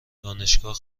دانشگاه